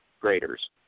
graders